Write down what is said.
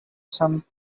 some